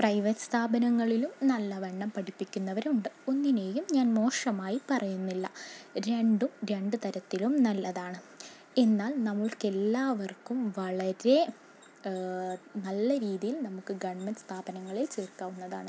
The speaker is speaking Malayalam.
പ്രൈവറ്റ് സ്ഥാപനങ്ങളിലും നല്ലവണ്ണം പഠിപ്പിക്കുന്നവരുണ്ട് ഒന്നിനേയും ഞാൻ മോശമായി പറയുന്നില്ല രണ്ടും രണ്ടു തരത്തിലും നല്ലതാണ് എന്നാൽ നമ്മൾക്ക് എല്ലാവർക്കും വളരെ നല്ല രീതിയിൽ നമുക്ക് ഗവൺമെൻ്റ് സ്ഥാപനങ്ങളിൽ ചേർക്കാവുന്നതാണ്